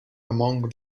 among